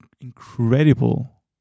incredible